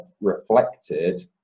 reflected